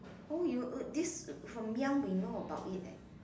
oh you this from young we know about it eh